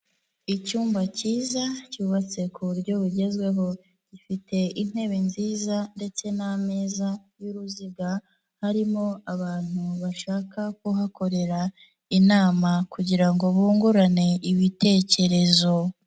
icyumba cyiza cyubatse ku buryo bugezweho, gifite intebe nziza ndetse n'mezaza y'uruziga, harimo abantu bashaka kuhakorera inama kugira ngo bungurane ibitekerezo.